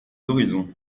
horizons